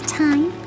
time